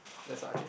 that's what I feel